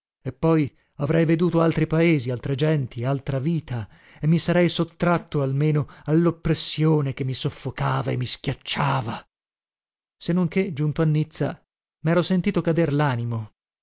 e poi avrei veduto altri paesi altre genti altra vita e mi sarei sottratto almeno alloppressione che mi soffocava e mi schiacciava se non che giunto a nizza mero sentito cader